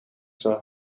zal